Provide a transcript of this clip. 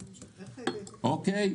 אוקיי?